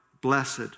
blessed